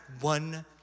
one